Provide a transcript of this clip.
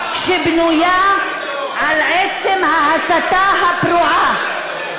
ממשלה שבנויה על עצם ההסתה הפרועה,